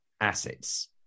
assets